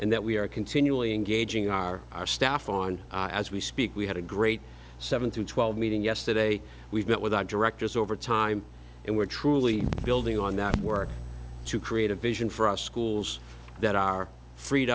and that we are continually engaging our staff on as we speak we had a great seven through twelve meeting yesterday we've met with our directors over time and we're truly building on that work to create a vision for our schools that are free